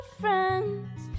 friends